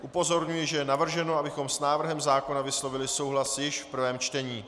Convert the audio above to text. Upozorňuji, že je navrženo, abychom s návrhem zákona vyslovili souhlas již v prvém čtení.